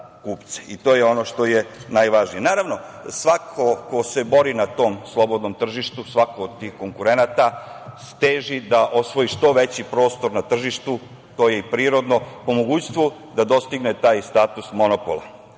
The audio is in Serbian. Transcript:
i to je ono što je najvažnije. Naravno, svako ko se bori na tom slobodnom tržištu, svako od tih konkurenata teži da osvoji što veći prostor na tržištu, što je i prirodno, po mogućstvu da dostigne taj status monopola,